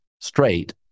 straight